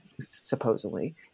supposedly